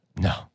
No